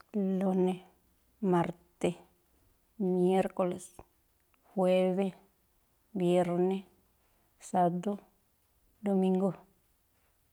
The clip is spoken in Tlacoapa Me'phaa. Lúní, márté, miérco̱le̱s, juévé, viérné, sádú, rumíngú.